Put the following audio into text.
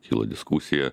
kilo diskusija